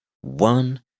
one